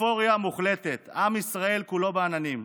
אופוריה מוחלטת, עם ישראל כולו בעננים.